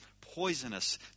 poisonous